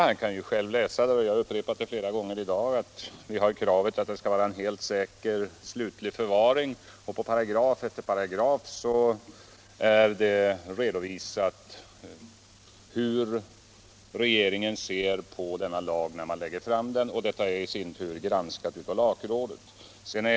Han kan ju själv läsa — jag har upprepat det flera gånger i dag — att vi har kravet på en helt säker slutlig förvaring. Paragraf för paragraf är det redovisat hur regeringen ser på denna lag när den lägger fram den, och detta är i sin tur granskat av lagrådet.